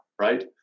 right